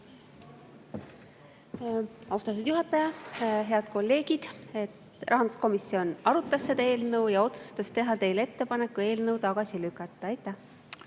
Austatud juhataja! Head kolleegid! Rahanduskomisjon arutas seda eelnõu ja otsustas teha ettepaneku see tagasi lükata. Aitäh!